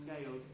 scales